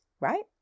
right